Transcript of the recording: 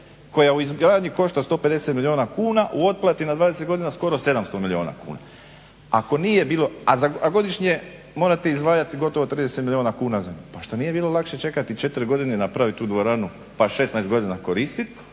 koja u izgradnji košta 150 milijuna kuna, u otplati na 20 godina skoro 700 milijuna kuna, a godišnje morate izdvajati gotovo 30 milijuna kuna. Pa šta nije bilo lakše čekati četiri godine i napravit tu dvoranu pa 16 godina koristit